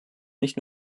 nicht